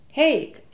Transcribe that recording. Hey